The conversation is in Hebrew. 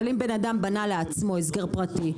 אבל אם בן אדם בנה לעצמו הסגר פרטי,